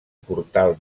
portal